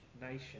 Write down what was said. nation